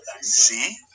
See